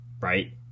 right